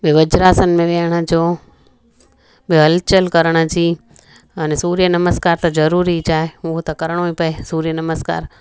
ॿियों वज्रासन में विहण जो ॿियों हलचलि करण जी अने सूर्य नमस्कार त ज़रूरी ज आहे हूअ त करणो ई पिए सूर्य नमस्कार